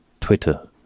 twitter